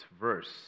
verse